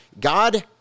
God